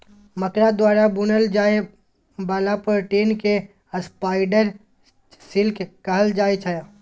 मकरा द्वारा बुनल जाइ बला प्रोटीन केँ स्पाइडर सिल्क कहल जाइ छै